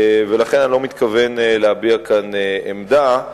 ולכן אני לא מתכוון להביע כאן עמדה.